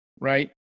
right